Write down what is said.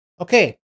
okay